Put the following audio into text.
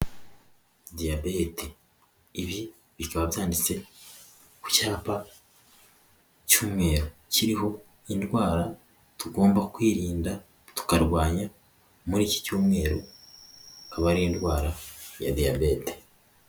Diyabete, ibi bikaba byanditse ku cyapa cy'umweru kiriho indwara tugomba kwirinda tukarwanya muri iki cyumwer, akaba ari indwara ya diyabete.